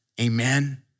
Amen